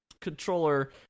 controller